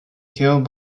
held